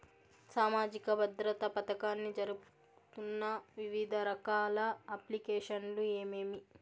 సామాజిక భద్రత పథకాన్ని జరుపుతున్న వివిధ రకాల అప్లికేషన్లు ఏమేమి?